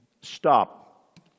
stop